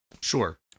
Sure